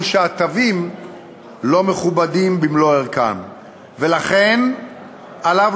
או שהתווים לא מכובדים במלוא ערכם ולכן עליו